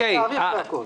עם התאריך והכול.